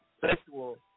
sexual